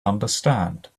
understand